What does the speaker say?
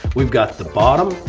we've got the bottom,